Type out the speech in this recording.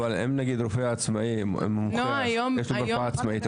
אבל אם הוא רופא עצמאי מומחה ויש לו מרפאה עצמאית,